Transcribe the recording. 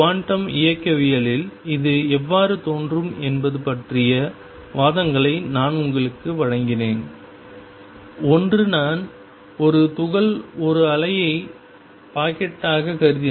quantum இயக்கவியலில் இது எவ்வாறு தோன்றும் என்பது பற்றிய வாதங்களை நான் உங்களுக்கு வழங்கினேன் ஒன்று நான் ஒரு துகள் ஒரு அலை பாக்கெட்டாக கருதினால்